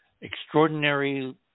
extraordinary